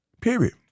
Period